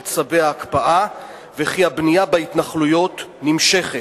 צווי ההקפאה וכי הבנייה בהתנחלויות נמשכת.